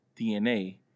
DNA